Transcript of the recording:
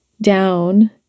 down